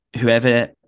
whoever